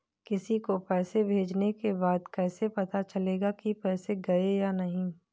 किसी को पैसे भेजने के बाद कैसे पता चलेगा कि पैसे गए या नहीं?